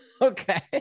okay